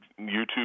YouTube